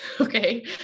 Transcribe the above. Okay